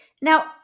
Now